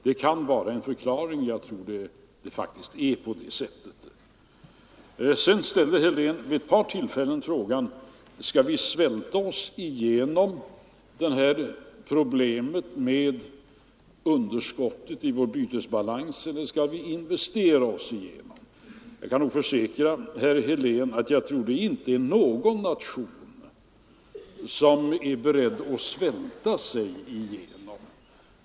Det kan vara en förklaring, och jag tror faktiskt att den är riktig. Vidare ställde herr Helén vid ett par tillfällen frågan: Skall vi svälta oss igenom problemet med underskottet i vår bytesbalans eller investera oss igenom det? Jag vill säga till herr Helén att jag knappast tror att någon nation är beredd att svälta sig igenom.